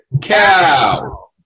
cow